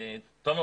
תומר,